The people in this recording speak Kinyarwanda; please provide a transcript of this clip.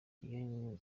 iyo